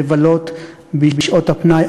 לבלות בשעות הפנאי.